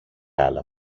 άλλα